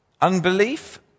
Unbelief